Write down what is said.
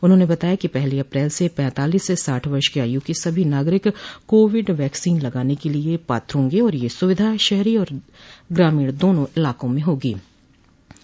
उन्होंने बताया कि पहली अप्रैल से पैतालीस से साठ वर्ष की आय़् के सभी नागरिक कोविड वैक्सीन लगवाने के लिए पात्र होंगे और यह सुविधा शहरी और ग्रामीण दोनों इलाकों में लागू होगी